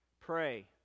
pray